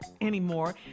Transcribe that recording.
anymore